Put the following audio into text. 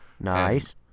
nice